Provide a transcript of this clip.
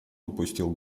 опустил